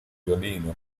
violino